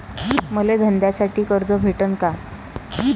मले धंद्यासाठी कर्ज भेटन का?